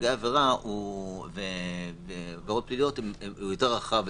נפגעי עבירה בעבירות פליליות הוא יותר רחב,